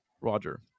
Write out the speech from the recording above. Roger